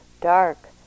dark